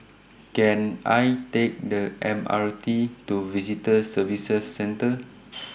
Can I Take The M R T to Visitor Services Centre